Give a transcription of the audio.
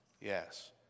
Yes